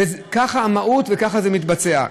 זו המהות וככה זה מתבצע.